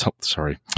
sorry